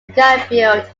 garfield